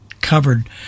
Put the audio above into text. covered